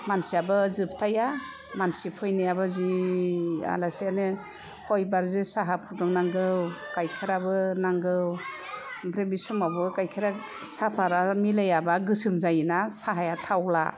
मानसियाबो जोबथाया मानसि फैनायाबो जि आलासियानो खयबार जे साहा फुदुंनांगौ गाइखेराबो नांगौ ओमफ्राय बे समावबो गाइखेरा साफाद आ मेलायाबा गोसोम जायोना थावला